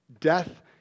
Death